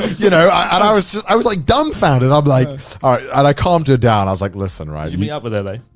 you know, i was i was like, dumbfounded. um like i calmed her down. i was like, listen, right? did you meet up with her, though?